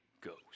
ghost